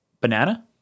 banana